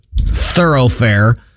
thoroughfare